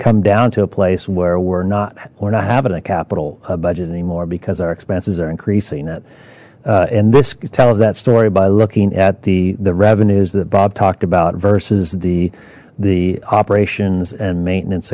come down to a place where we're not we're not having a capital budget anymore because our expenses are increasing it and this tells that story by looking at the the revenues that bob talked about versus the the operations and maintenance